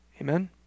Amen